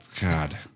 god